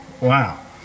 wow